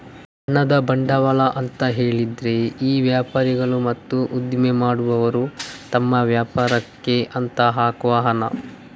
ಹಣದ ಬಂಡವಾಳ ಅಂತ ಹೇಳಿದ್ರೆ ಈ ವ್ಯಾಪಾರಿಗಳು ಮತ್ತೆ ಉದ್ದಿಮೆ ಮಾಡುವವರು ತಮ್ಮ ವ್ಯಾಪಾರಕ್ಕೆ ಅಂತ ಹಾಕುವ ಹಣ